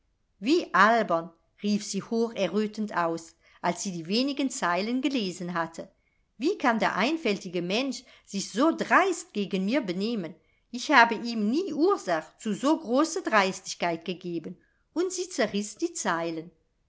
wie albern rief sie hocherrötend aus als sie die wenigen zeilen gelesen hatte wie kann der einfältige mensch sich so dreist gegen mir benehmen ich habe ihm nie ursach zu so große dreistigkeit gegeben und sie zerriß die zeilen